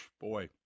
boy